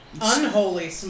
Unholy